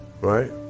Right